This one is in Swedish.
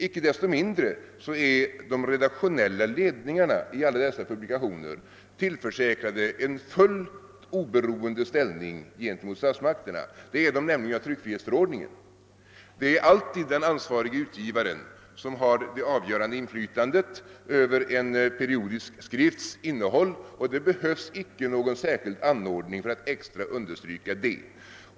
Icke desto mindre är de redaktionella ledningarna i alla dessa publikationer tillförsäkrade en fullt oberoende ställning i förhållande till statsmakterna, nämligen genom tryckfrihetsförordningen. Det är alltid den ansvarige utgivaren som har det avgörande inflytandet över en periodisk skrifts innehåll. Det behövs icke någon särskild anordning för att ytterligare understryka detta.